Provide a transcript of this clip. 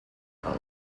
braun